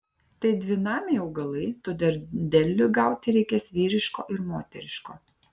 tai dvinamiai augalai todėl derliui gauti reikės vyriško ir moteriško